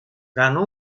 ganó